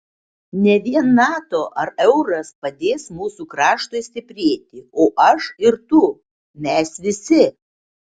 ne vien nato ar euras padės mūsų kraštui stiprėti o aš ir tu mes visi